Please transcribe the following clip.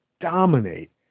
dominate